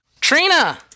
Trina